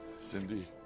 Cindy